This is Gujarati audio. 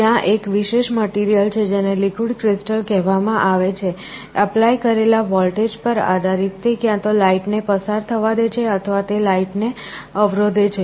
ત્યાં એક વિશેષ મટીરિયલ છે જેને લિક્વિડ ક્રિસ્ટલ કહેવામાં આવે છે એપ્લાય કરેલા વોલ્ટેજ પર આધારિત તે ક્યાં તો લાઈટને પસાર થવા દે છે અથવા તે લાઈટને અવરોધે છે